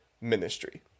ministry